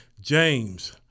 James